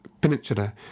peninsula